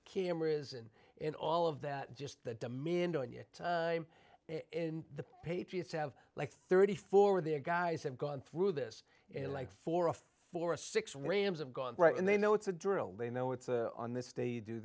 cameras in and all of that just that demand and yet i'm in the patriots have like thirty four there guys have gone through this and like for a four or six rams have gone right and they know it's a drill they know it's a on this day do